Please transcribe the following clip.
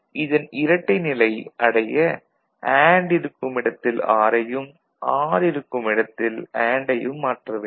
இதன் இரட்டைநிலை அடைய அண்டு இருக்கும் இடத்தில் ஆர் ஐயும் ஆர் இருக்கும் இடத்தில் அண்டு ஐயும் மாற்ற வேண்டும்